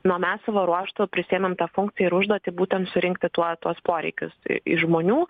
na o mes savo ruožtu prisiėmėm tą funkciją ir užduotį būtent surinkti tuo tuos poreikius iš žmonių